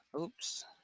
Oops